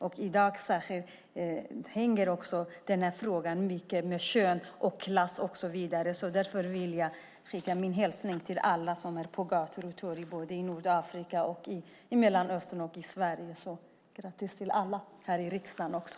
Den här frågan hänger ihop mycket med kön och klass och så vidare. Jag vill skicka min hälsning till alla som är på gator och torg i Nordafrika, i Mellanöstern och i Sverige. Grattis till alla, här i riksdagen också!